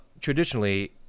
traditionally